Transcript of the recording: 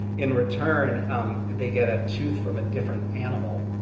in return they get a tooth from a different animal.